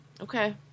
Okay